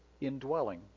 indwelling